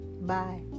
Bye